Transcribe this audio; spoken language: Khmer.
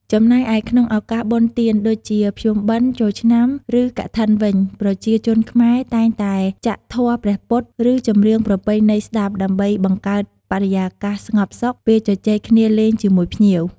ចំំណែកឯក្នុងឱកាសបុណ្យទាន ដូចជា ភ្ជុំបិណ្ធ ចូលឆ្នាំ ឬ កឋិនវិញ ប្រជាជនខ្មែរតែងតែចាក់ធម៌ព្រះពុទ្ធ ឬ ចម្រៀងប្រពៃណីស្ដាប់ ដើម្បីបង្កើតបរិយាកាសស្ងប់សុខ ពេលជជែកគ្នាលេងជាមួយភ្ញៀវ។